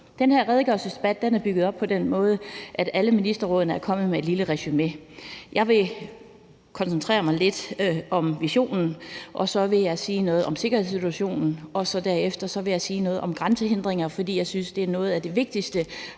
redegørelsesdebat er bygget op på den måde, at alle ministerrådene er kommet med et lille resumé. Jeg vil koncentrere mig lidt om visionen, og så vil jeg sige noget om sikkerhedssituationen. Derefter vil jeg sige noget om grænsehindringer, fordi jeg synes, at det er noget af det vigtigste